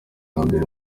imbere